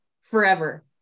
forever